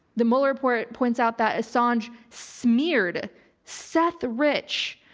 the mueller report points out that assange smeared seth rich,